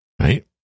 right